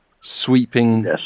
sweeping